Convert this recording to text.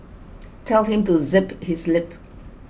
tell him to zip his lip